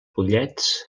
pollets